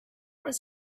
was